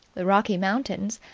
the rocky mountains,